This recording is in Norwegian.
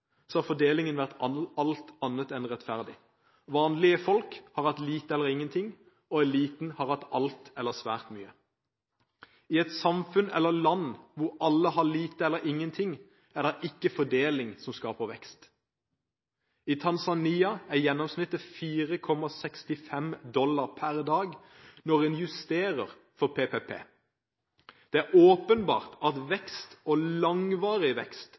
har fordelingen vært alt annet enn rettferdig. Vanlige folk har hatt lite eller ingenting, og eliten har hatt alt eller svært mye. I et samfunn eller land hvor alle har lite eller ingenting, er det ikke fordeling som skaper vekst. I Tanzania er gjennomsnittet 4,65 dollar per dag når en justerer for PPP. Det er åpenbart at vekst – og langvarig vekst